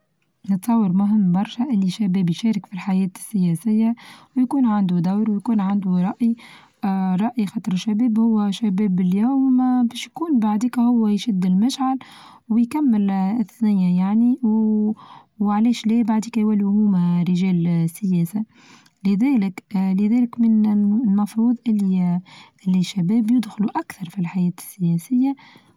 نتصور مهم برشا أن شباب يشارك في الحياة السياسية ويكون عندو دور ويكون عندو رأى اه رأي خاطر شباب هو شباب اليوم باش يكون بعديكا هو يشد المشعل ويكمل اه الثنية يعني وعلاش لي بعديكا ول هوما رچال سياسة لذلك اه لذلك من المفروض أن الشباب يدخلوا أكثر في الحياة السياسية.